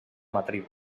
matriu